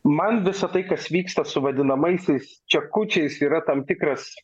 man visa tai kas vyksta su vadinamaisiais čekučiais yra tam tikras